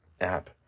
app